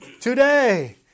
Today